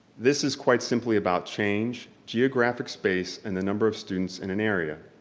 this is quite simply about change, geographic space and the number of students in an area.